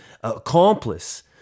accomplice